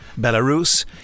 Belarus